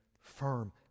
firm